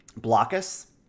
Blockus